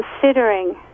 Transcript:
considering